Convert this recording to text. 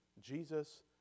Jesus